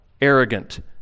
arrogant